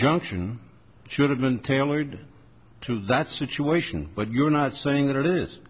junction should have been tailored to that situation but you're not saying that it is